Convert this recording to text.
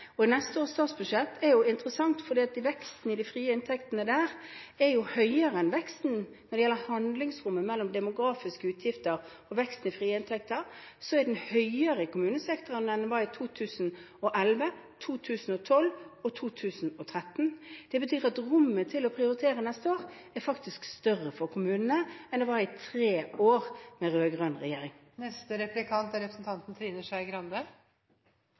inn. Og neste års statsbudsjett er interessant, fordi veksten i de frie inntektene der er høyere enn veksten når det gjelder handlingsrommet mellom demografiske utgifter og veksten i de frie inntektene. Denne veksten er nå høyere i kommunesektoren enn den var i 2011, 2012 og 2013. Det betyr at rommet til å prioritere neste år faktisk er større for kommunene enn det var i tre år med rød-grønn regjering.